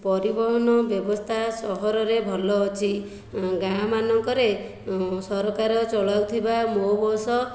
ପରିବହନ ବ୍ୟବସ୍ଥା ସହରରେ ଭଲ ଅଛି ଗାଁ ମାନଙ୍କରେ ସରକାର ଚଳାଉଥିବା ମୋ ବସ୍